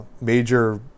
Major